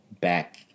back